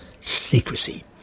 Secrecy